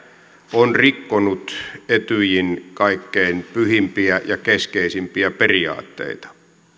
on rikkonut etyjin kaikkein pyhimpiä ja keskeisimpiä periaatteita